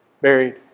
buried